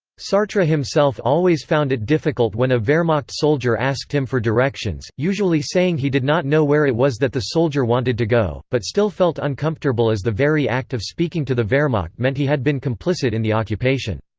sartre himself always found it difficult when a wehrmacht soldier asked him for directions, usually saying he did not know where it was that the soldier wanted to go, but still felt uncomfortable as the very act of speaking to the wehrmacht meant he had been complicit in the occupation.